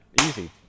Easy